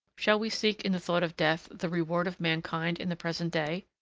shall we seek in the thought of death the reward of mankind in the present day?